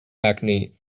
hackney